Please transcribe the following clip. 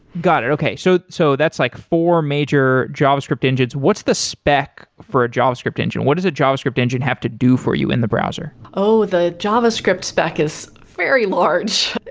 got it, okay. so so that's like four major java script engines, what's the spec for a java script engine? what does a java script engine have to do for you in the browser? the java script spec is very large.